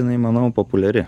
jinai manau populiari